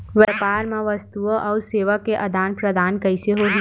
व्यापार मा वस्तुओ अउ सेवा के आदान प्रदान कइसे होही?